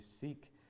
seek